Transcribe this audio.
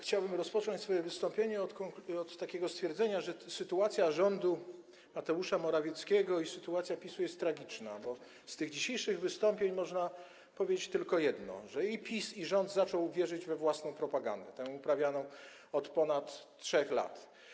Chciałbym rozpocząć swoje wystąpienie od takiego stwierdzenia, że sytuacja rządu Mateusza Morawieckiego i sytuacja PiS-u jest tragiczna, bo po tych dzisiejszych wystąpieniach można powiedzieć tylko jedno: że i PiS, i rząd zaczął wierzyć we własną propagandę, tę uprawianą od ponad 3 lat.